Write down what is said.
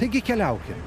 taigi keliaukim